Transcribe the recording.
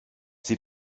sie